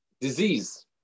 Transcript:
disease